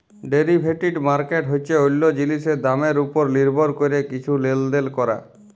derivative market হছে অল্য জিলিসের দামের উপর লির্ভর ক্যরে কিছু লেলদেল ক্যরা